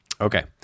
Okay